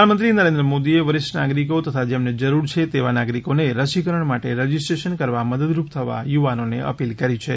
પ્રધાનમંત્રી નરેન્દ્ર મોદીએ વરિષ્ઠ નાગરિકો તથા જેમને જરૂર છે તેવા નાગરિકોને રસીકરણ માટે રજીસ્ટ્રેશન કરવા મદદરૂપ થવા યુવાનોને અપીલ કરી છે